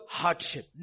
hardship